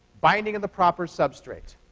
binding of the proper substrate.